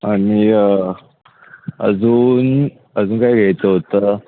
आणि अजून अजून काय घ्यायचं होतं